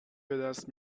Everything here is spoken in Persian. بدست